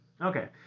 Okay